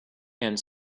and